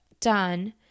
done